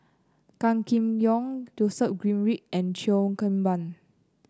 Gan Kim Yong Joseph Grimberg and Cheo Kim Ban